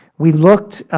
we looked